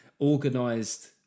organised